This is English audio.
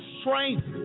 strength